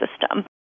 system